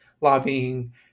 lobbying